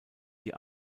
die